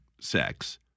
sex